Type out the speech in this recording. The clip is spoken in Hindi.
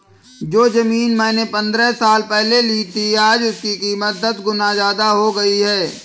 जो जमीन मैंने पंद्रह साल पहले ली थी, आज उसकी कीमत दस गुना जादा हो गई है